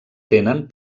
tenen